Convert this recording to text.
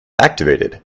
activated